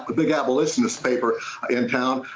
big abolitionist paper in town.